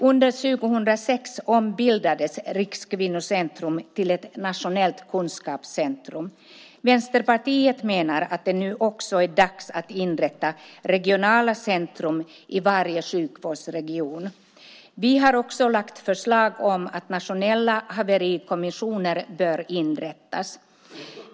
Under 2006 ombildades Rikskvinnocentrum till ett nationellt kunskapscentrum. Vänsterpartiet menar att det nu också är dags att inrätta regionala centrum i varje sjukvårdsregion. Vi har också lagt fram förslag om att nationella haverikommissioner bör inrättas.